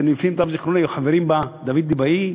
שלפי מיטב זיכרוני היו חברים בה דוד ליבאי,